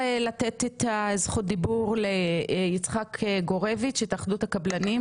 את זכות הדיבור ליצחק גורביץ' התאחדות הקבלנים,